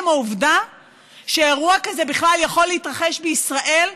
העובדה שאירוע כזה בכלל יכול להתרחש בישראל,